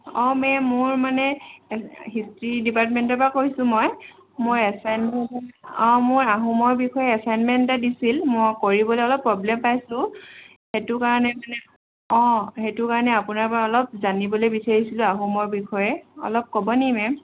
অঁ মে'ম মোৰ মানে হিষ্ট্ৰী ডিপাৰ্টমেণ্টৰ পৰা কৈছোঁ মই এছাইনমেণ্ট মই আহোমৰ বিষয়ে এছাইনমেণ্ট এটা দিছিল অঁ কৰিবলে অলপ প্ৰব্লেম পাইছোঁ সেইটো কাৰণে মানে অঁ সেইটো কাৰণে আপোনাৰ পৰা অলপ জানিবলে বিচাৰিছিলো আহোমৰ বিষয়ে অলপ ক'ব নি মে'ম